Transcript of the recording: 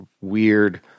weird